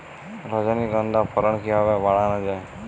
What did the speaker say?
রজনীগন্ধা ফলন কিভাবে বাড়ানো যায়?